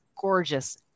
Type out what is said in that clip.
gorgeous